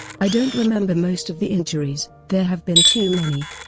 i don't remember most of the injuries, there have been too many.